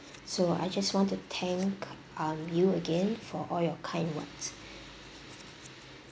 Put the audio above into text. so I just want to thank um you again for all your kind words